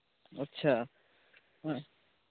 ᱟᱪᱪᱷᱟ